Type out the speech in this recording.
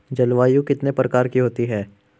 जलवायु कितने प्रकार की होती हैं?